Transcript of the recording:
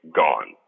gone